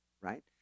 right